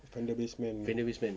fender bass man